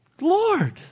Lord